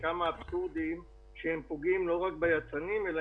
ההחלטות לא מספיקות ולא ברורות.